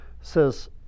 says